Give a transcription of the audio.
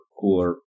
cooler